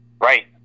Right